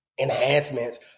enhancements